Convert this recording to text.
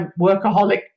workaholic